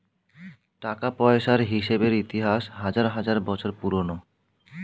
টাকা পয়সার হিসেবের ইতিহাস হাজার হাজার বছর পুরোনো